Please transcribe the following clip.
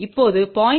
இப்போது 0